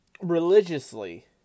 religiously